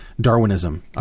darwinism